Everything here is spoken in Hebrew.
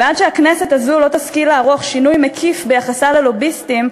ועד שהכנסת הזאת לא תשכיל לערוך שינוי מקיף ביחסה ללוביסטים,